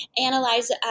analyze